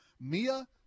Mia